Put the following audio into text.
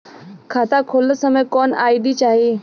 खाता खोलत समय कौन आई.डी चाही?